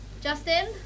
Justin